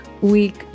week